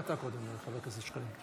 טלי עלתה קודם, חבר הכנסת שקלים.